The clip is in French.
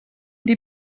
des